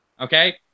Okay